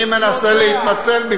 אני מנסה להתנצל?